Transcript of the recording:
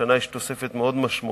השנה יש תוספת מאוד משמעותית